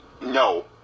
No